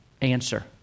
answer